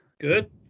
Good